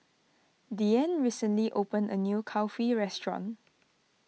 Deeann recently opened a new Kulfi restaurant